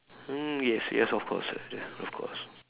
mm yes yes of course yes of course